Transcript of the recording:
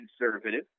conservative